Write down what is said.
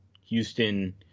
Houston